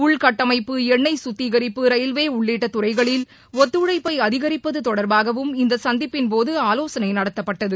உள்கட்டமைப்பு எண்ணெய் சுத்திகரிப்பு ரயில்வே உள்ளிட்ட துறைகளில் ஒத்துழைப்பை அதிகரிப்பது தொடர்பாகவும் இந்த சந்திப்பின் போது ஆலோசனை நடத்தப்பட்டது